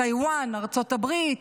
מטאיוואן, מארצות הברית,